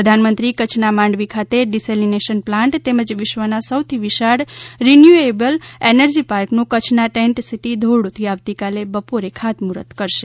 પ્રધાનમંત્રી કચ્છના માંડવી ખાતે ડિસેલિનેશન પ્લાન્ટ તેમજ વિશ્વના સૌથી વિશાળ રિન્યુએબલ એનર્જી પાર્કનું કચ્છના ટેન્ટ સિટી ધોરડોથી આવતીકાલે બપોરે ખાતમૂર્ફત કરશે